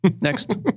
next